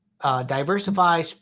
Diversify